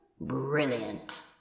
Brilliant